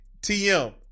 TM